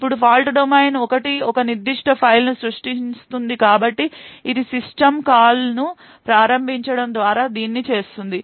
ఇప్పుడు Fault domain ఒకటి ఒక నిర్దిష్ట ఫైల్ను సృష్టిస్తుంది కాబట్టి ఇది సిస్టమ్ కాల్ను ప్రారంభించడం ద్వారా దీన్ని చేస్తుంది